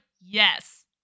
yes